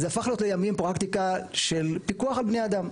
אבל לימים זה הפך להיות פרקטיקה של פיקוח על בני אדם.